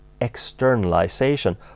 externalization